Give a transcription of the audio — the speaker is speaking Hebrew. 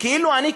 כאילו אני,